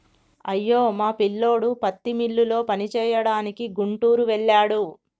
అయ్యో మా పిల్లోడు పత్తి మిల్లులో పనిచేయడానికి గుంటూరు వెళ్ళాడు